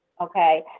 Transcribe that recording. okay